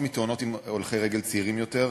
מנסיבות התאונות עם הולכי-רגל צעירים יותר.